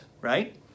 right